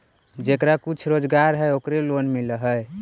जेकरा कुछ रोजगार है ओकरे लोन मिल है?